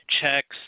checks